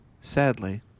Sadly